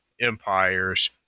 empires